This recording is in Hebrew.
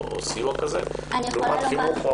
סיוע כזה בלימודי הנדסה לעומת חינוך,